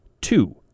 two